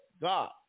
God